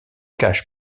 cache